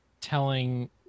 telling